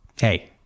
hey